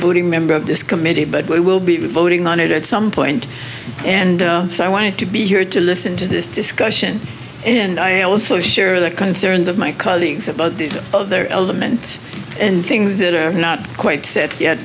voting member of this committee but we will be voting on it at some point and so i wanted to be here to listen to this discussion and i also share the concerns of my colleagues about other elements and things that are not quite said yet